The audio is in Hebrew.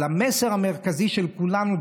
אבל המסר המרכזי של כולנו,